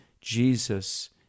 Jesus